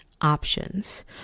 options